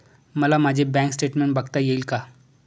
मला माझे bank statement बघता येईल का?